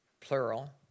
plural